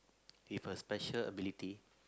with a special ability